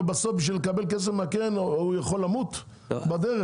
אבל בשביל לקבל כסף מהקרן הוא יכול למות בדרך?